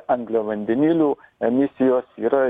angliavandenilių emisijos yra